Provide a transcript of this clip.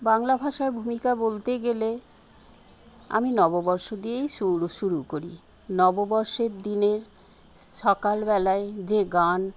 বাংলা ভাষার ভূমিকা বলতে গেলে আমি নববর্ষ দিয়েই শুরু শুরু করি নববর্ষের দিনের সকালবেলায় যে গান